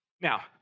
Now